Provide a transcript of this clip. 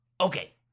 okay